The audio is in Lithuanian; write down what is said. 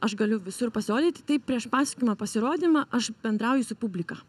aš galiu visur pasirodyti tai prieš pasakodama pasirodymą aš bendrauju su publika